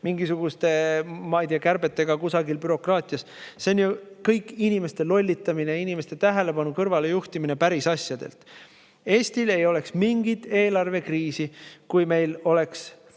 mingisuguste, ma ei tea, kärbetega kusagil bürokraatias. See on ju kõik inimeste lollitamine, inimeste tähelepanu kõrvalejuhtimine päris asjadelt. Eestil ei oleks mingit eelarvekriisi, kui meil ei oleks